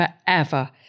forever